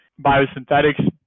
biosynthetics